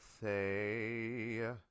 say